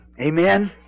Amen